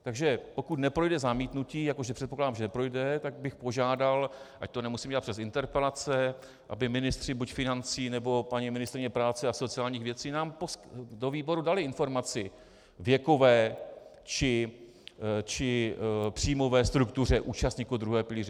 Takže pokud neprojde zamítnutí, jako že předpokládám, že neprojde, tak bych požádal, ať to nemusím dělat přes interpelace, aby ministři buď financí, nebo paní ministryně práce a sociálních věcí nám do výboru dali informaci o věkové či příjmové struktuře účastníků druhého pilíře.